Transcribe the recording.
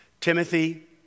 Timothy